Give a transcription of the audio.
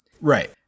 Right